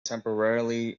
temporarily